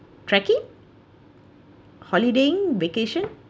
trekking holiday vacation